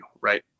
right